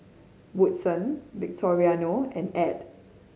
Woodson Victoriano and Add